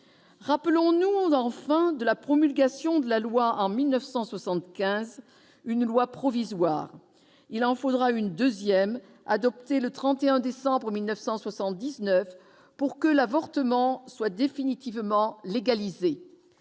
Rappelons-nous également la promulgation de la loi en 1975, une loi provisoire. Il en faudra une deuxième, adoptée le 31 décembre 1979, pour que l'avortement soit définitivement légalisé.